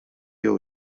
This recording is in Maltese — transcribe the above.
jew